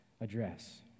address